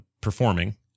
performing